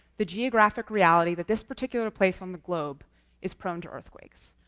the geographic reality that this particular place on the globe is prone to earthquakes.